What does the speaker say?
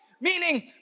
Meaning